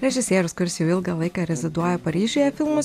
režisierius kuris jau ilgą laiką reziduoja paryžiuje filmų